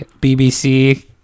BBC